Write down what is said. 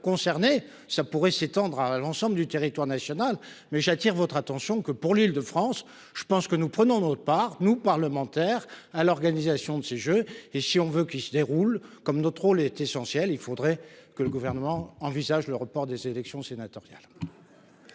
Ça pourrait s'étendre à l'ensemble du territoire national, mais j'attire votre attention que pour l'île de France. Je pense que nous prenons notre part nous parlementaires à l'organisation de ces Jeux et si on veut, qui se déroule comme notre rôle est essentiel. Il faudrait que le gouvernement envisage le report des élections sénatoriales.